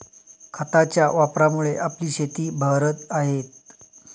खतांच्या वापरामुळे आपली शेतं बहरत आहेत